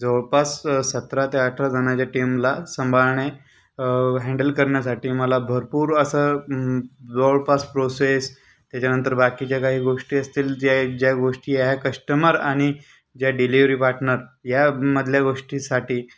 जवळपास स सतरा ते अठरा जणाच्या टीमला सांभाळणे हॅंडल करण्यासाठी मला भरपूर असं जवळपास प्रोसेस त्याच्यानंतर बाकीच्या काही गोष्टी असतील ज्या ज्या गोष्टी ह्या कस्टमर आणि ज्या डिलीवरी पार्टनर ह्या मधल्या गोष्टीसाठी